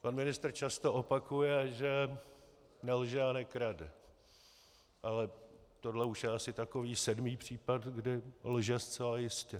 Pan ministr často opakuje, že nelže a nekrade, ale tohle už je asi takový sedmý případ, kdy lže zcela jistě.